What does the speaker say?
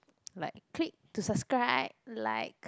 like click to suscribe like